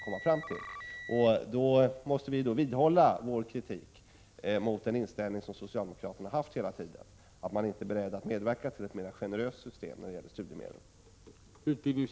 Vi måste vidhålla vår kritik mot den inställning som socialdemokraterna hela tiden haft — man är inte beredd att medverka till ett mera generöst studiemedelssystem.